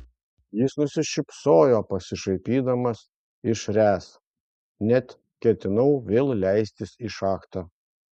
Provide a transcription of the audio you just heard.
jis nusišypsojo pasišaipydamas iš ręs net ketinau vėl leistis į šachtą